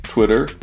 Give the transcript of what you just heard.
Twitter